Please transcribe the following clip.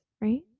right